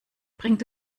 bringt